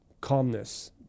calmness